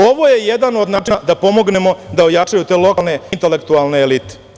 Ovo je jedan od načina da pomognemo da ojačaju te lokalne intelektualne elite.